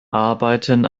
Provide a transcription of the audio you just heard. arbeiten